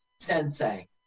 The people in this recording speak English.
Sensei